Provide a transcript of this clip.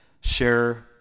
share